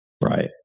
Right